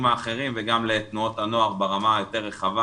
האחרים וגם לתנועות הנוער ברמה היותר רחבה,